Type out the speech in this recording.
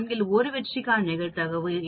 4 இல் 1 வெற்றிக்கான நிகழ்தகவு